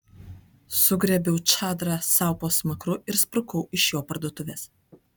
sugriebiau čadrą sau po smakru ir sprukau iš jo parduotuvės